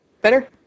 Better